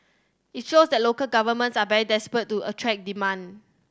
it shows that local governments are very desperate to attract demand